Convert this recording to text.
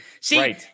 See